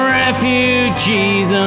refugees